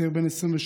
צעיר בן 28,